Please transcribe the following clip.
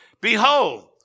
behold